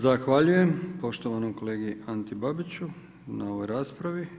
Zahvaljujem poštovanom kolegi Anti Babiću na ovaj raspravi.